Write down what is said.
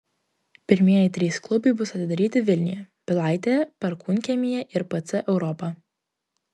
pirmieji trys klubai bus atidaryti vilniuje pilaitėje perkūnkiemyje ir pc europa